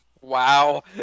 Wow